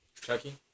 Chucky